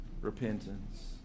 repentance